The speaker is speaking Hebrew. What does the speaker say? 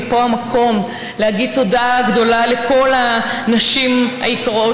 ופה המקום להגיד תודה גדולה לכל הנשים היקרות